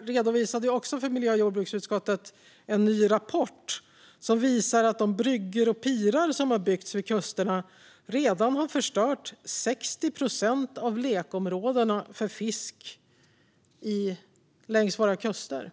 redovisade en ny rapport för miljö och jordbruksutskottet som visar att de bryggor och pirar som har byggts vid kusterna redan har förstört 60 procent av lekområdena för fisk längs våra kuster.